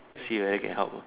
see whether can help